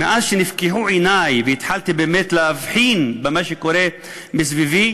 מאז נפקחו עיני והתחלתי באמת להבחין במה שקורה מסביבי,